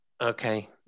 Okay